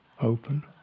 open